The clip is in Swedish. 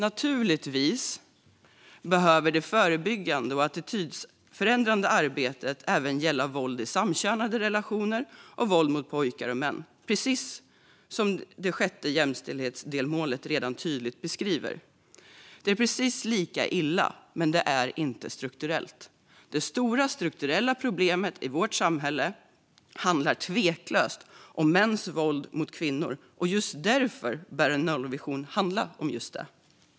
Naturligtvis behöver det förebyggande och attitydförändrande arbetet även gälla våld i samkönade relationer och våld mot pojkar och män, precis som det sjätte jämställdhetsdelmålet redan tydligt beskriver. Det är precis lika illa, men det är inte strukturellt. Det stora strukturella problemet i vårt samhälle är tveklöst mäns våld mot kvinnor, och därför bör en nollvision handla om just det.